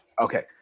Okay